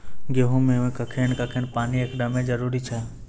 गेहूँ मे कखेन कखेन पानी एकदमें जरुरी छैय?